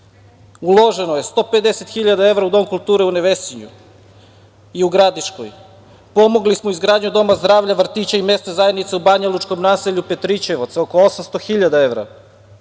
Uloženo je 150 hiljada evra u Dom kulture u Nevesinju i u Gradiškoj. Pomogli smo izgradnju doma zdravlja, vrtića i mesne zajednice u banjalučkom naselju Petrićevac, oko 800 hiljada evra.